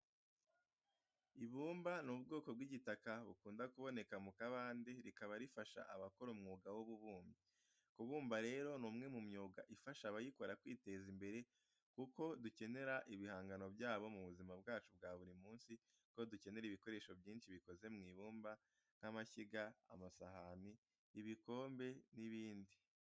Ibumba ni ubwoko bw'igitaka bukunda kuboneka mu kabande rikaba rifasha abakora umwuga w'ububumbyi. Kubumba rero ni umwe mu myuga ifasha abayikora kwiteza imbere kuko dukenera ibihangano byabo mu buzima bwacu bwa buri munsi, kuko dukenera ibikoresho byinshi bikoze mu ibumba nk'amashyiga, amasahani, ibikombe n'ibindi.